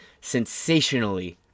sensationally